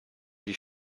die